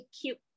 cute